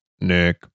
Nick